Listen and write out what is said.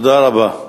תודה רבה.